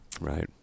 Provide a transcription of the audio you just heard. Right